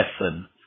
lesson